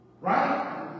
right